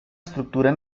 estructura